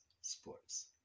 sports